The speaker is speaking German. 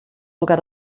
sogar